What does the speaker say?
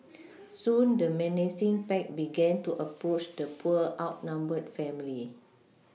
soon the menacing pack began to approach the poor outnumbered family